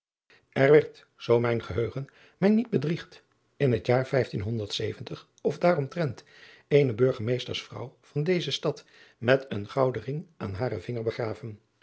r werd zoo mijn geheugen mij niet bedriegt in het jaar of daaromtrent eene urgemeesters vrouw van deze stad met een gouden ring aan haren vinger begraven